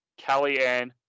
Kellyanne